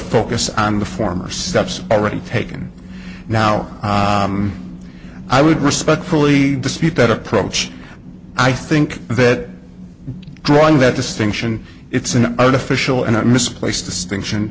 focus on the former steps already taken now i would respectfully dispute that approach i think that drawing that distinction it's an artificial and misplaced distinction